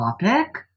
topic